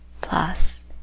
plus